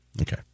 Okay